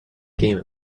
game